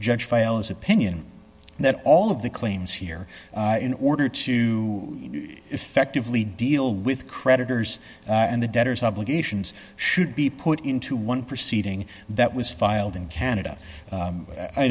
judge fails opinion that all of the claims here in order to effectively deal with creditors and the debtors obligations should be put into one proceeding that was filed in canada